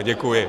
Děkuji.